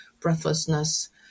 breathlessness